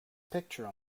picture